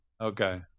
Okay